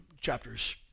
chapters